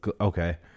Okay